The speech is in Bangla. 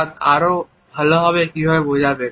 তা আরও ভালোভাবে কীভাবে বোঝবেন